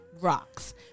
rocks